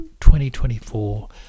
2024